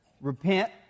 repent